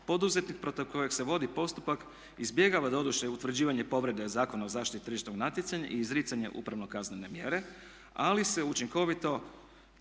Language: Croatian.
poduzetnik protiv kojeg se vodi postupak izbjegava doduše utvrđivanje povrede Zakona o zaštiti tržišnog natjecanja i izricanja upravo kaznene mjere, ali se učinkovito